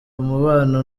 umubano